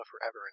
forever